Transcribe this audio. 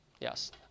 Yes